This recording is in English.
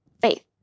faith